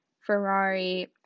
Ferrari